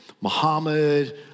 Muhammad